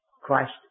Christ